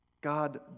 God